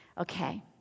Okay